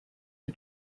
who